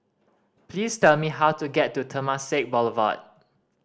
please tell me how to get to Temasek Boulevard